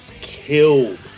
killed